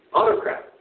autocrat